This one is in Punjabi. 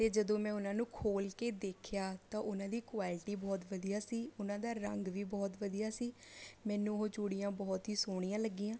ਅਤੇ ਜਦੋਂ ਮੈਂ ਉਹਨਾਂ ਨੂੰ ਖੋਲ੍ਹ ਕੇ ਦੇਖਿਆ ਤਾਂ ਉਹਨਾਂ ਦੀ ਕੋਐਲਿਟੀ ਬਹੁਤ ਵਧੀਆ ਸੀ ਉਹਨਾਂ ਦਾ ਰੰਗ ਵੀ ਬਹੁਤ ਵਧੀਆ ਸੀ ਮੈਨੂੰ ਉਹ ਚੂੜੀਆਂ ਬਹੁਤ ਹੀ ਸੋਹਣੀਆਂ ਲੱਗੀਆਂ